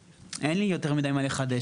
אין לי יותר מידי מה לחדש.